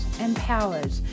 empowered